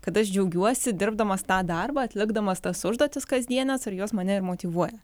kad aš džiaugiuosi dirbdamas tą darbą atlikdamas tas užduotis kasdienes ir jos mane motyvuoja